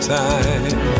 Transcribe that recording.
time